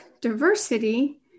diversity